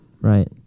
Right